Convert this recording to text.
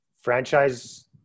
Franchise